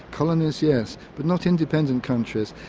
colonies, yes, but not independent countries,